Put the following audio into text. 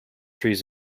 trees